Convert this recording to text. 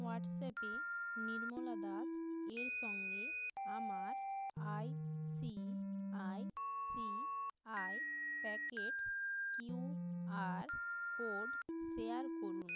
হোয়াটসঅ্যাপে নির্মলা দাস এর সঙ্গে আমার I C I C I packets Q R code share করুন